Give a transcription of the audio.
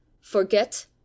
Forget